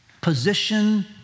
position